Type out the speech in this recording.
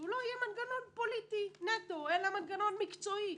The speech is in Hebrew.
שלא יהיה פוליטי נטו אלא מנגנון מקצועי.